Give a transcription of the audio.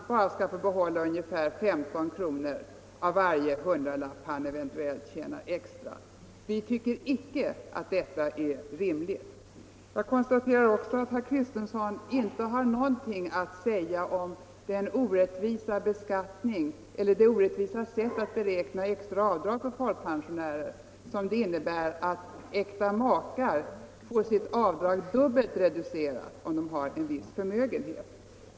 bara skall få behålla ungefär 15 kr. av varje hundralapp som han eventuellt tjänar extra. Vi tycker icke att detta är rimligt. Jag konstaterar också att herr Kristenson inte har någonting att säga om den orättvisa när det gäller att beräkna extra avdrag för folkpensionärer som ligger i att äkta makar får sitt avdrag dubbelt reducerat om de har en viss förmögenhet.